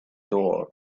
doors